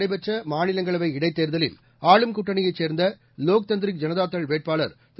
நடைபெற்ற மாநிலங்களவை இடைத் தேர்தலில் ஆளும் கூட்டணியைச் சேர்ந்த லோக் கேரளாவில் தந்திரிக் ஜனதா தள் வேட்பாளர் திரு